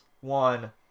one